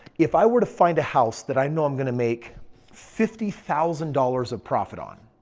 if i were to find a house that i know i'm gonna make fifty thousand dollars of profit on,